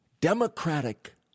Democratic